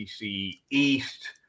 East